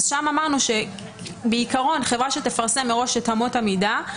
אז שם אמרנו שבעיקרון חברה שתפרסם מראש את אמות המידה,